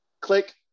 click